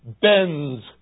bends